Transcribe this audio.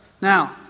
Now